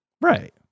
Right